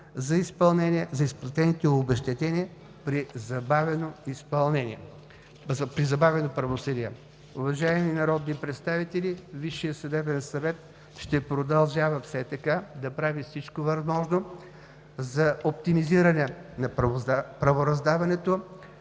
информация за изплатените обезщетения при забавено правосъдие. Уважаеми народни представители, Висшият съдебен съвет ще продължава все така да прави всичко възможно за оптимизиране на правораздаването,